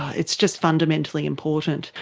it's just fundamentally important.